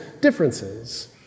differences